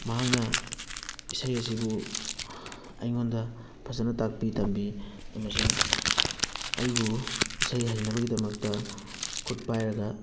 ꯃꯍꯥꯛꯅ ꯏꯁꯩ ꯑꯁꯤꯕꯨ ꯑꯩꯉꯣꯟꯗ ꯐꯖꯅ ꯇꯥꯛꯄꯤ ꯇꯝꯕꯤ ꯑꯃꯁꯨꯡ ꯑꯩꯕꯨ ꯏꯁꯩ ꯍꯩꯅꯕꯒꯤꯃꯛꯇ ꯈꯨꯠ ꯄꯥꯏꯔꯒ